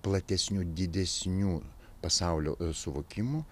platesnių didesnių pasaulio suvokimo